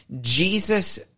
Jesus